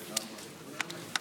חבר הכנסת אלעזר שטרן.